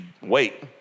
wait